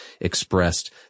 expressed